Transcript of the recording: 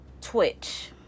Twitch